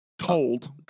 cold